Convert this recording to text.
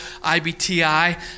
IBTI